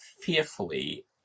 fearfully